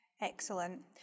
Excellent